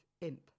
imp